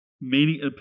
meaning